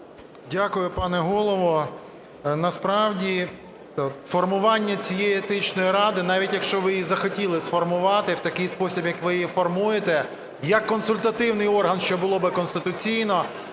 Дякую, пане Голово. Насправді формування цієї Етичної ради, навіть якщо ви її захотіли сформувати в такий спосіб, як ви її формуєте, як консультативний орган, що було б конституційно,